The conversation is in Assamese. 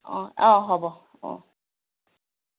অঁ হ'ব অঁ